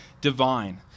divine